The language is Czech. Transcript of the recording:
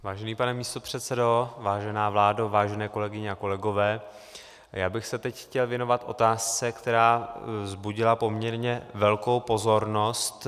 Vážený pane místopředsedo, vážená vládo, vážené kolegyně a kolegové, já bych se teď chtěl věnovat otázce, která vzbudila poměrně velkou pozornost.